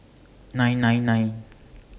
nine nine nine